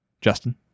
justin